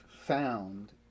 found